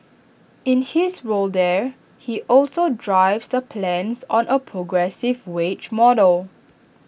in his role there he also drives the plans on A progressive wage model